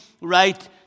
right